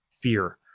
fear